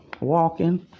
walking